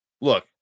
Look